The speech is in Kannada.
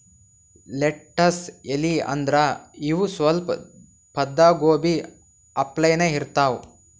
ಲೆಟ್ಟಸ್ ಎಲಿ ಅಂದ್ರ ಇವ್ ಸ್ವಲ್ಪ್ ಪತ್ತಾಗೋಬಿ ಅಪ್ಲೆನೇ ಇರ್ತವ್